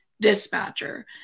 dispatcher